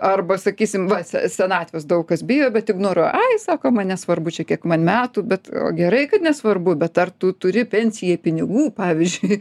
arba sakysim va se senatvės daug kas bijo bet ignoruoja ai sako man nesvarbu čia kiek man metų bet gerai kad nesvarbu bet ar tu turi pensijai pinigų pavyzdžiui